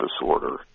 disorder